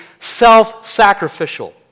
self-sacrificial